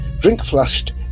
drink-flushed